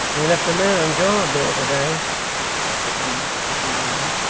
we left a man on guard there to-day said hugh, looking round him,